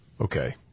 Okay